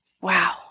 wow